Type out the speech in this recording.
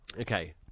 Okay